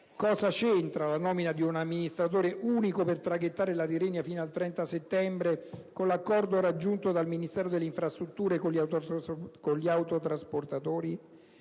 Cosa c'entra la nomina di un amministratore unico per traghettare la Tirrenia fino al 30 settembre con l'accordo raggiunto dal Ministero delle infrastrutture con gli autotrasportatori?